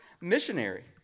missionary